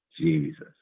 Jesus